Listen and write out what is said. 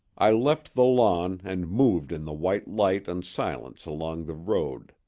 i left the lawn and moved in the white light and silence along the road,